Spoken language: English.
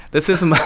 this isn't.